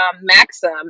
maxim